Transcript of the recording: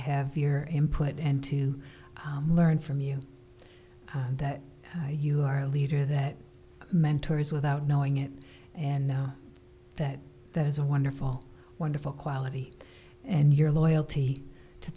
have your input and to learn from you that you are a leader that mentors without knowing it and know that that is a wonderful wonderful quality and your loyalty to